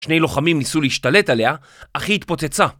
שני לוחמים ניסו להשתלט עליה, אחי התפוצצה.